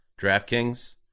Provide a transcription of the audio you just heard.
DraftKings